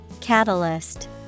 Catalyst